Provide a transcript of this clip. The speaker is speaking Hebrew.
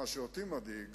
מה שאותי מדאיג